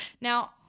Now